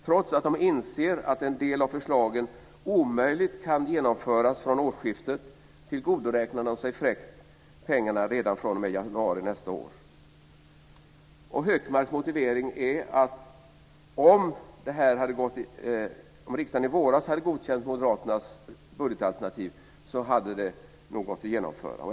Trots att de inser att en del av förslagen omöjligt kan genomföras från årsskiftet tillgodoräknar de sig fräckt pengarna redan fr.o.m. januari nästa år. Hökmarks motivering är att om riksdagen i våras hade godkänt Moderaternas budgetalternativ så hade det nog gått att genomföra.